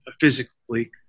physically